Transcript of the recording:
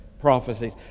prophecies